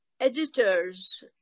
editors